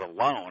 alone